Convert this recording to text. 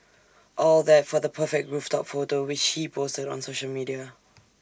all that for the perfect rooftop photo which he posted on social media